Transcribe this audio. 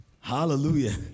Hallelujah